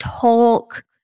talk